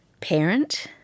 parent